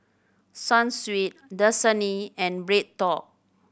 Sunsweet Dasani and BreadTalk